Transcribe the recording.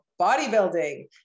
bodybuilding